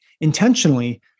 intentionally